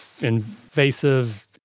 invasive